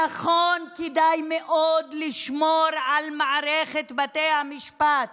נכון, כדאי מאוד לשמור על מערכת בתי המשפט